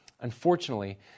Unfortunately